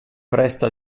presta